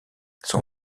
son